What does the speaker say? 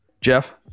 jeff